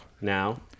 Now